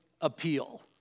appeal